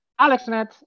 AlexNet